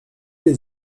les